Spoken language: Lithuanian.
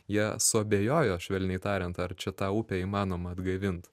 jie suabejojo švelniai tariant ar čia tą upę įmanoma atgaivint